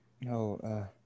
No